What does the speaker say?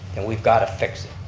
then we've got to fix it.